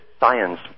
science